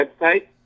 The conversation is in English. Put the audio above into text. website